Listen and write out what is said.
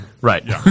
Right